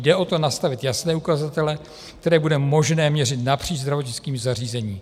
Jde o to nastavit jasné ukazatele, které bude možné měřit napříč zdravotnickým zařízením.